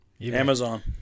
Amazon